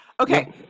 Okay